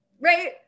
right